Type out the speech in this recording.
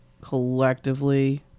collectively